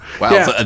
Wow